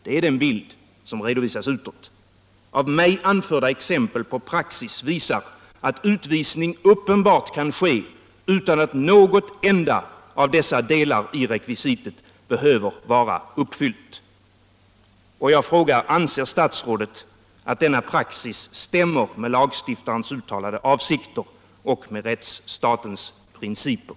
Det är den bild som redovisas utåt. Av mig anförda exempel på praxis visar att utvisning uppenbart kan företas utan att någon enda av dessa delar i rekvisitet behöver vara uppfylld. Jag frågar: Anser statsrådet att denna praxis stämmer med lagstiftarens uttalade avsikter och med rättsstatens principer?